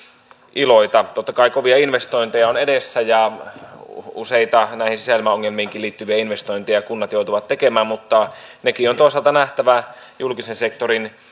iloita totta kai kovia investointeja on edessä ja useita näihin sisäilmaongelmiinkin liittyviä investointeja kunnat joutuvat tekemään mutta nekin on toisaalta nähtävä julkisen sektorin